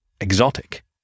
exotic